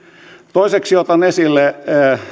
toiseksi otan esille